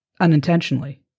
unintentionally